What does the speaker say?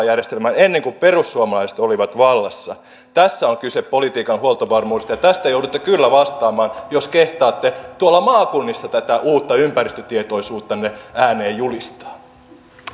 järjestelmään ennen kuin perussuomalaiset olivat vallassa tässä on kyse politiikan huoltovarmuudesta ja tästä joudutte kyllä vastaamaan jos kehtaatte maakunnissa tätä uutta ympäristötietoisuuttanne ääneen julistaa